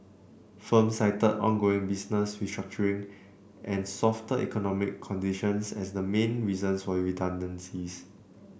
firms cited ongoing business restructuring and softer economic conditions as the main reasons for redundancies